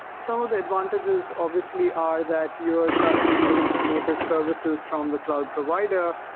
some of the advantages obviously are that you are starting to use native services from the cloud provider,